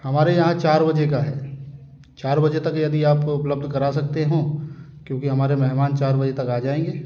हमारे यहाँ चार बजे का है चार बजे तक यदि आप वो उपलब्ध करा सकते हों क्योंकि हमारे मेहमान चार बजे तक आ जाएंगे